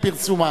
עם פרסומה.